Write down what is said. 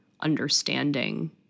understanding